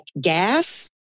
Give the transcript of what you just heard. gas